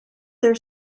their